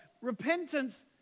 Repentance